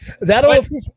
that'll